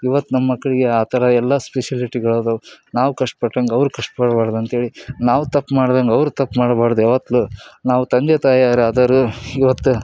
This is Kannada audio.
ಇವತ್ತು ನಮ್ಮ ಮಕ್ಕಳಿಗೆ ಆ ಥರ ಎಲ್ಲ ಸ್ಪೆಷಲಿಟಿಗಳದಾವ ನಾವು ಕಷ್ಟ ಪಟ್ಟಂಗೆ ಅವ್ರು ಕಷ್ಟ್ಪಡ್ಬಾರ್ದು ಅಂಥೇಳಿ ನಾವು ತಪ್ಪು ಮಾಡ್ದಂಗೆ ಅವರು ತಪ್ಪು ಮಾಡ್ಬಾರ್ದು ಯಾವತ್ತೂ ನಾವು ತಂದೆ ತಾಯಿಯರಾದರು ಇವತ್ತು